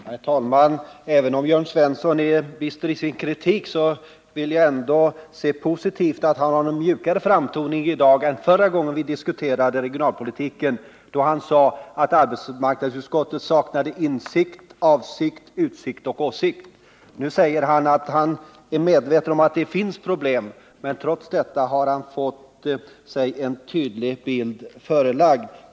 Herr talman! Även om Jörn Svensson är bister i sin kritik, vill jag se det som positivt att han har en mjukare framtoning i dag än förra gången vi diskuterade regionalpolitiken, då han sade att arbetsmarknadsutskottet saknade insikt, avsikt, utsikt och åsikt. Nu är han medveten om att det finns problem, men trots detta har han fått sig en tydlig bild förelagd.